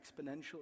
exponentially